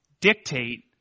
dictate